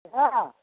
hello